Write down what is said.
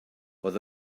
oedd